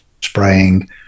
spraying